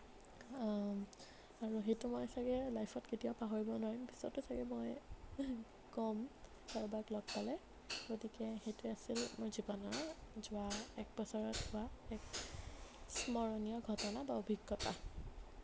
আৰু সেইটো মই চাগে লাইফত কেতিয়াও পাহৰিব নোৱাৰিম পিছতো চাগে মই ক'ম কাৰোবাক লগ পালে গতিকে সেইটোৱেই আছিল মোৰ জীৱনৰ যোৱা এক বছৰত হোৱা এক স্মৰণীয় ঘটনা বা অভিজ্ঞতা